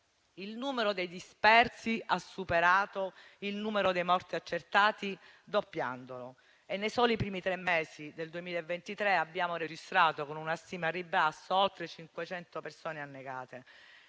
il numero dei dispersi ha superato il numero dei morti accertati, doppiandolo, e nei soli primi tre mesi del 2023 abbiamo registrato, con una stima al ribasso, oltre 500 persone annegate.